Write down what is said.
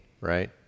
right